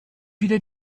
wieder